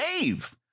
Dave